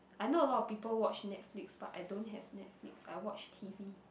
I know a lot of people watch Netflix but I don't have Netflix I watch T_V